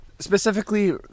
specifically